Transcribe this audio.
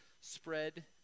spread